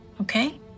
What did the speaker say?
Okay